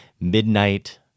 Midnight